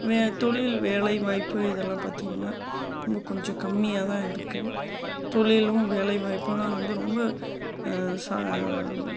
வே தொழில் வேலை வாய்ப்பு இதெல்லாம் பார்த்தீங்கனா ரொம்ப கொஞ்சம் கம்மியாக தான் இருக்குது தொழிலும் வேலை வாய்ப்பும்லாம் வந்து ரொம்ப சா